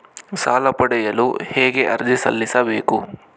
ಸಾಲ ಪಡೆಯಲು ಹೇಗೆ ಅರ್ಜಿ ಸಲ್ಲಿಸಬೇಕು?